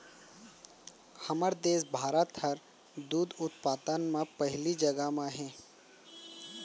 हमर देस भारत हर दूद उत्पादन म पहिली जघा म हे